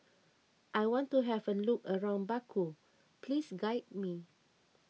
I want to have a look around Baku Please guide me